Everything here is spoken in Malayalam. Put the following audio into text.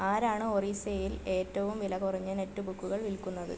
ആരാണ് ഒറീസയിൽ ഏറ്റവും വില കുറഞ്ഞ നെറ്റ് ബുക്കുകൾ വിൽക്കുന്നത്